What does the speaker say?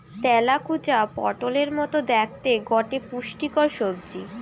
তেলাকুচা পটোলের মতো দ্যাখতে গটে পুষ্টিকর সবজি